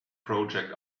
project